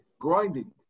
grinding